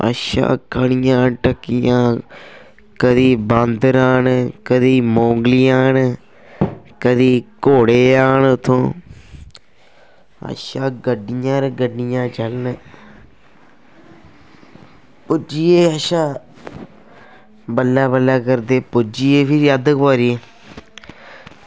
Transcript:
अच्छा खड़ियां टक्कियां कदें बांदर आन कदें मोंगली आन कदें घोड़े आन उत्थूं अच्छा गड्डियें पर गड्डियां चलन पुज्जी गे अच्छा बल्लें बल्लें करदे पुज्जी गे फिर अद्ध कवारी